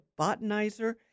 botanizer